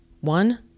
one